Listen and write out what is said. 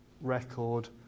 record